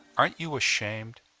aren't you ashamed?